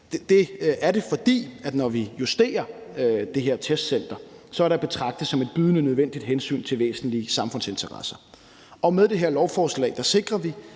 stede. For når vi justerer det her testcenter, er det at betragte som et bydende nødvendigt hensyn til væsentlige samfundsinteresser. Med det her lovforslag sikrer vi,